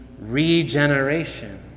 regeneration